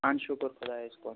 اہن شُکُر خۄدایس کُن